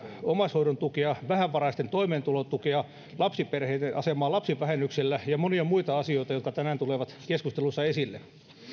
omaishoidon tukea vähävaraisten toimeentulotukea lapsiperheiden asemaa lapsivähennyksellä ja monia muita asioita jotka tänään tulevat keskustelussa esille